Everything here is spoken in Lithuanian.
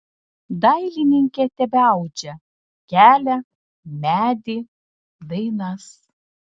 dailininkė tebeaudžia kelią medį dainas